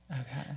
Okay